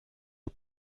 aux